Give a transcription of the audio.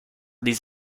des